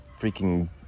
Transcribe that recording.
freaking